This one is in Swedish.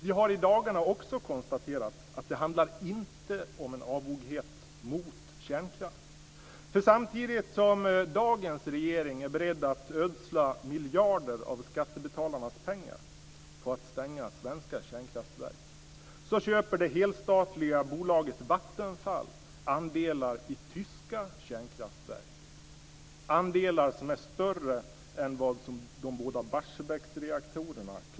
Vi har i dagarna också konstaterat att det inte handlar om en avoghet mot kärnkraft. För samtidigt som dagens regering är beredd att ödsla miljarder av skattebetalarnas pengar på att stänga svenska kärnkraftverk köper det helstatliga bolaget Vattenfall andelar i tyska kärnkraftverk, andelar som är större än de båda Barsebäcksreaktorerna.